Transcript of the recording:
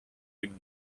but